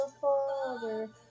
Father